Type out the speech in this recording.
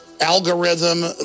algorithm